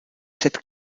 sept